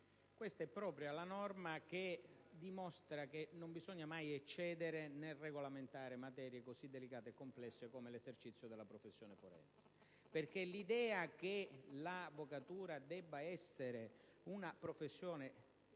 Presidente, proprio questa norma dimostra che non bisogna mai eccedere nel regolamentare materie così delicate e complesse come l'esercizio della professione forense. L'idea che l'avvocatura debba essere una professione